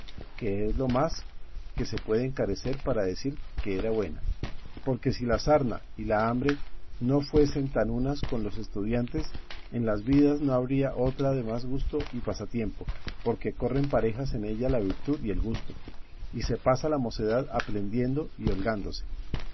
que es lo más que se puede encarecer para decir que era buena porque si la sarna y la hambre no fuesen tan unas con los estudiantes en las vidas no habría otra de más gusto y pasatiempo porque corren parejas en ella la virtud y el gusto y se pasa la mocedad aprendiendo y